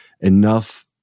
enough